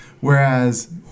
Whereas